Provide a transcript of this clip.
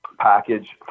package